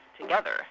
together